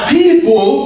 people